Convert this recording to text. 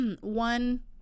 One